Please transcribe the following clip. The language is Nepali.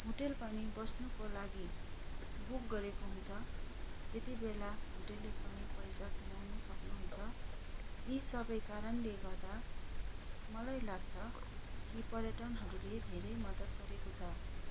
होटल पनि बस्नुको लागि बुक गरेको हुन्छ त्यतिबेला होटलले पनि पैसा कमाउनु सक्नुहुन्छ यी सबै कारणले गर्दा मलाई लाग्छ कि पर्यटनहरूले धेरै मद्दत गरेको छ